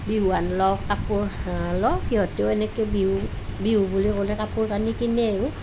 বিহুৱান লওঁ কাপোৰ লওঁ সিহঁতেও এনেকেৈ বিহু বুলি ক'লে কাপোৰ কানি কিনে আৰু